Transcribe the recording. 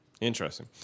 interesting